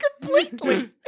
completely